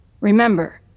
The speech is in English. Remember